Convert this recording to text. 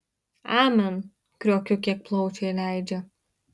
amen kriokiu kiek plaučiai leidžia